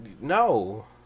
No